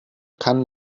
kann